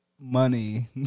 money